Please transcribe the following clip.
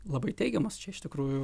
labai teigiamas čia iš tikrųjų